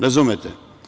Razumete?